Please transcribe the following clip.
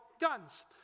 guns